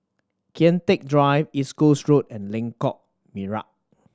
Kian Teck Drive East Coast Road and Lengkok Merak